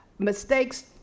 Mistakes